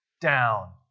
down